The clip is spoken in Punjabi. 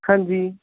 ਹਾਂਜੀ